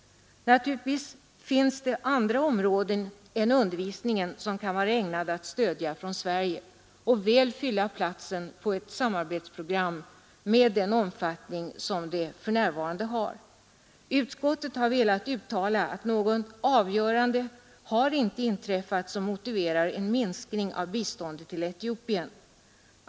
Naturligtvis finns det också andra områden än undervisningsområdet som kan vara ägnade att stödjas från svensk sida och som väl kan fylla platsen på ett samarbetsprogram med den omfattning som det för närvarande har. Utskottet har velat uttala att något avgörande inte har träffats som motiverar en minskning av biståndet till Etiopien.